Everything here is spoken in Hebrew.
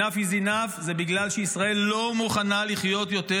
Enough is enough זה בגלל שישראל לא מוכנה לחיות יותר